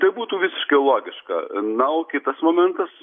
tai būtų visiškai logiška na o kitas momentas